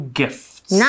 gifts